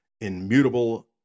immutable